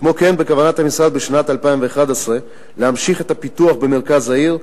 כמו כן בכוונת המשרד להמשיך בשנת 2011 את הפיתוח במרכז העיר,